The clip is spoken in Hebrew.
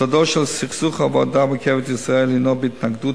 יסודו של סכסוך עבודה ב"רכבת ישראל" הינו בהתנגדות